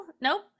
Nope